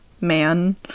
man